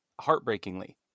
heartbreakingly